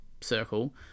circle